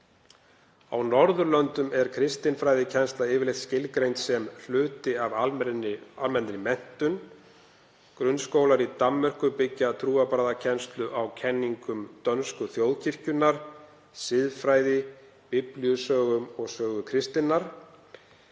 Á Norðurlöndum er kristinfræðikennsla yfirleitt skilgreind sem hluti af almennri menntun. Grunnskólar í Danmörku byggja trúarbragðakennslu á kenningum dönsku þjóðkirkjunnar, siðfræði, biblíusögum og sögu kristninnar.